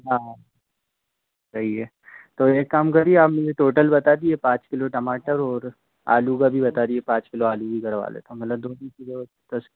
हाँ सही है तो एक काम करिए आप मुझे टोटल बता दीजिए पाँच किलो टमाटर और आलू का भी बता दीजिए पाँच किलो आलू भी करवा लेता हूँ मतलब दो तीन किलो बस